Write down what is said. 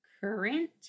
current